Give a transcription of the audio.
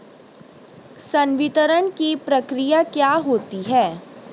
संवितरण की प्रक्रिया क्या होती है?